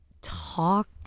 talk